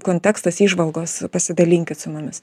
kontekstas įžvalgos pasidalinkit su mumis